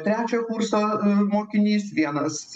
trečio kurso mokinys vienas